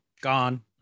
Gone